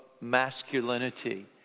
masculinity